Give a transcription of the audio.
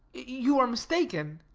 you are mistaken.